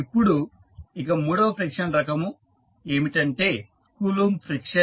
ఇప్పుడు ఇక మూడవ ఫ్రిక్షన్ రకము ఏమిటంటే కూలుంబ్ ఫ్రిక్షన్